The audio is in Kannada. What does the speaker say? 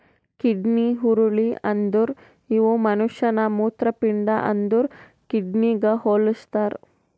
ಕಿಡ್ನಿ ಹುರುಳಿ ಅಂದುರ್ ಇವು ಮನುಷ್ಯನ ಮೂತ್ರಪಿಂಡ ಅಂದುರ್ ಕಿಡ್ನಿಗ್ ಹೊಲುಸ್ತಾರ್